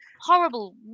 horrible